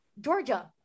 Georgia